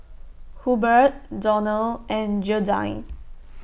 Hubert Donald and Gearldine